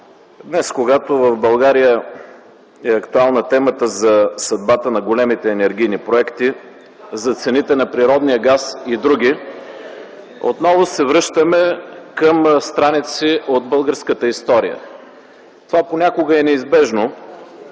Днес, когато в България е актуална темата за съдбата на големите енергийни проекти, за цените на природния газ и други, отново се връщаме към страници от българската история. Това понякога е неизбежно,